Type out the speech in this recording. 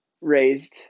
raised –